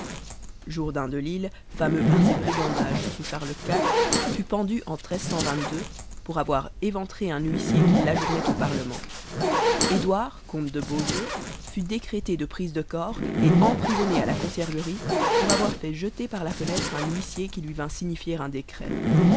jourdain de lille fameux par ses brigandages sous charles iv fut pendu en pour avoir éventré un huissier qui l'ajournait au parlement édouard comte de beaujeu fut décrété de prise de corps et emprisonné à la conciergerie pour avoir fait jeter par la fenêtre un huissier qui lui vint signifier un décret